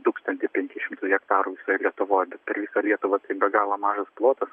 tūkstantį penkis šimtus hektarų visoj lietuvoj bet per visą lietuvą tai be galo mažas plotas